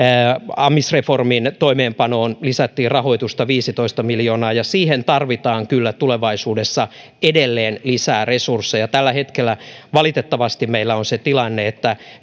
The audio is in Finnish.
amisreformin toimeenpanoon lisättiin rahoitusta viisitoista miljoonaa ja siihen tarvitaan kyllä tulevaisuudessa edelleen lisää resursseja tällä hetkellä valitettavasti meillä on se tilanne että